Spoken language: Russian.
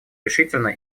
решительно